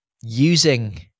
using